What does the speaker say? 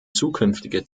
zukünftige